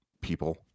people